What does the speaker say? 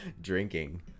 Drinking